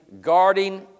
guarding